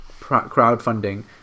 crowdfunding